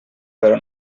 però